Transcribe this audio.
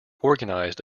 organized